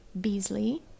Beasley